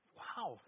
wow